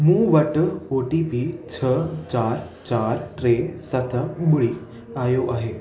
मूं वटि O T P छह चारि चारि टे सत ॿुड़ी आयो आहे